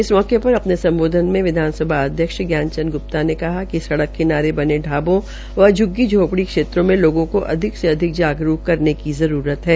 इस मौके पर अपने सम्बोधन में विधानसभा अध्यक्ष ज्ञान चंद ग्प्ता ने कहा कि सड़क किसारें बने ाबों व झ्ग्गी झोपड़ी में लोगों को अधिक से अधिक जागरूक करने की जरूरत है